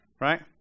Right